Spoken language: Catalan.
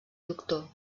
doctor